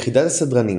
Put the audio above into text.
יחידת הסדרנים